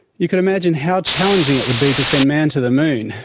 you could imagine how challenging it would be to send man to the moon,